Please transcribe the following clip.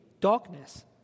darkness